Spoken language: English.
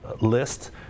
list